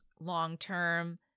long-term